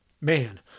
man